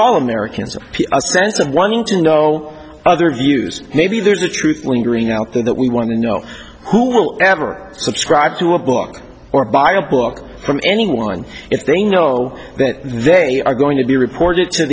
all americans a sense of wanting to know other views maybe there's a truth lingering out there that we want to know who will ever subscribe to a book or buy a book from anyone if they know that they are going to be reported to